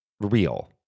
real